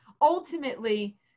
ultimately